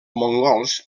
mongols